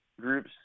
groups